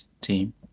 team